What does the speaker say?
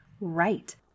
right